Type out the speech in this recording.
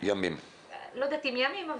חודשים.